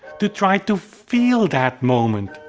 to try to feel that moment.